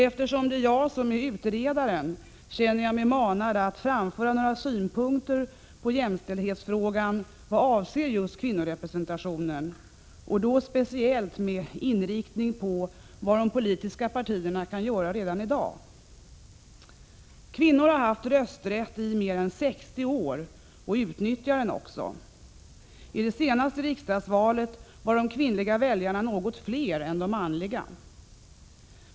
Eftersom det är jag som är utredaren, känner jag mig manad att framföra några synpunkter på jämställdhetsfrågan i vad avser just kvinnorepresentationen, speciellt med inriktning på vad de politiska partierna kan göra redan i dag. Kvinnor har haft rösträtt i mer än 60 år och utnyttjar den också — i det senaste riksdagsvalet var de kvinnliga väljarna något fler än de manliga.